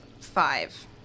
five